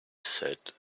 said